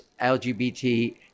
lgbt